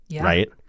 right